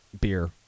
beer